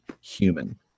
human